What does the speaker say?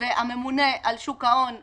אני מקריאה לכם את חוות הדעת שכתבנו אז.